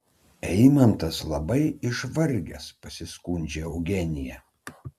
eimantas labai išvargęs pasiskundžia eugenija